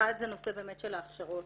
אחד זה נושא באמת של ההכשרות.